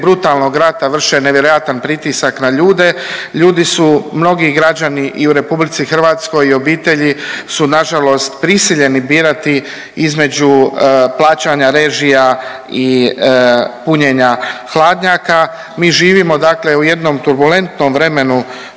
brutalnog rata vrše nevjerojatan pritisak na ljude, ljudi su, mnogi građani i u RH i obitelji su nažalost prisiljeni birati između plaćanja režija i punjenja hladnjaka. Mi živimo dakle u jednom turbulentnom vremenu